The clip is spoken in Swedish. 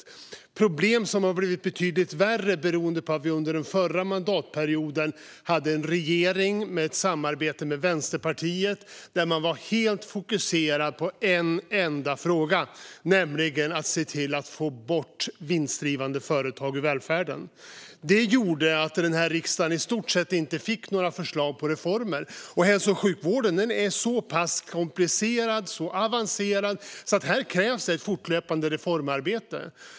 Dessa problem har blivit betydligt värre beroende på att vi under den förra mandatperioden hade en regering som i samarbete med Vänsterpartiet var helt fokuserad på en enda fråga, nämligen att få bort vinstdrivande företag ur välfärden. Det gjorde att riksdagen i stort sett inte fick några förslag på reformer. Hälso och sjukvården är så pass komplicerad och avancerad att där krävs ett fortlöpande reformarbete.